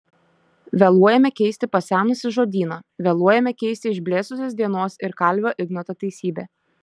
vėluojame keisti pasenusį žodyną vėluojame keisti išblėsusios dienos ir kalvio ignoto teisybę